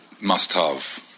must-have